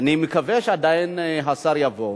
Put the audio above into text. אני מקווה עדיין שהשר יבוא,